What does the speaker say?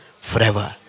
forever